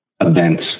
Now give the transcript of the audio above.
events